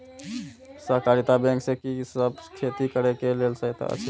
सहकारिता बैंक से कि सब खेती करे के लेल सहायता अछि?